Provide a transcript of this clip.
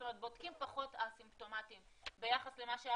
זאת אומרת בודקים פחות א-סימפטומטיים ביחס למה שהיה